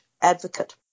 advocate